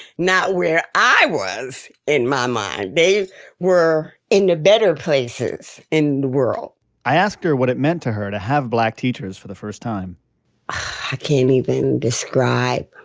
not where i was, in my mind. they were in the better places in the world i asked what it meant to her to have black teachers for the first time i can't even describe